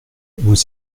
vous